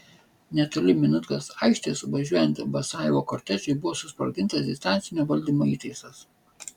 netoli minutkos aikštės važiuojant basajevo kortežui buvo susprogdintas distancinio valdymo įtaisas